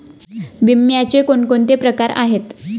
विम्याचे कोणकोणते प्रकार आहेत?